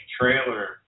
trailer